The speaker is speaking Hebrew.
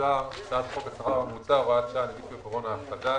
"הצעת חוק השכר הממוצע (הוראת שעה - נגיף הקורונה החדש),